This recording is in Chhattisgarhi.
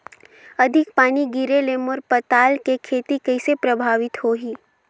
अधिक पानी गिरे ले मोर पताल के खेती कइसे प्रभावित होही?